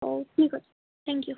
ହଉ ଠିକ୍ ଅଛି ଥ୍ୟାଙ୍କ୍ ୟୁ